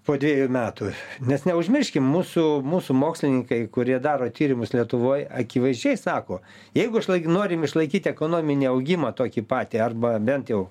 po dvejų metų nes neužmirškim mūsų mūsų mokslininkai kurie daro tyrimus lietuvoj akivaizdžiai sako jeigu norim išlaikyti ekonominį augimą tokį patį arba bent jau